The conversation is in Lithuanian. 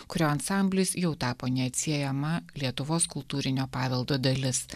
kurio ansamblis jau tapo neatsiejama lietuvos kultūrinio paveldo dalis